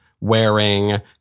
wearing